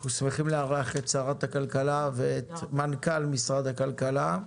אנחנו שמחים לארח את שרת הכלכלה ומנכ"ל משרד הכלכלה.